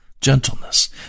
gentleness